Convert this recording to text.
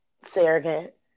surrogate